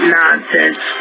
nonsense